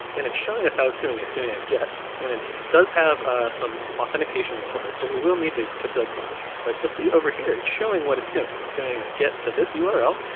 and it's showing us how it's doing. it's doing a get, and it's does have ah some authentication required. so we will need to to build something here, but you'll see over here it's showing what it's doing. it's doing a get to this yeah url,